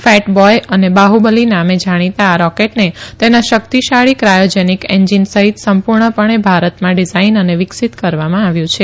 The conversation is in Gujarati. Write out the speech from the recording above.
ફેટ બોય અને બાફલી નામે જાણીતા આ રોકેટને તેના શકિતશાળી કાયોજેનિક એન્જીની સહિત સંપુર્ણપણે ભારતમાં ડિઝાઈન અને વિકસિત કરવામાં આવ્યું છે